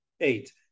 eight